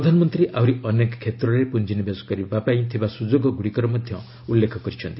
ପ୍ରଧାନମନ୍ତ୍ରୀ ଆହୁରି ଅନେକ କ୍ଷେତ୍ରରେ ପୁଞ୍ଜିନିବେଶ କରିବା ପାଇଁ ଥିବା ସୁଯୋଗଗୁଡ଼ିକର ମଧ୍ୟ ଉଲ୍ଲେଖ କରିଛନ୍ତି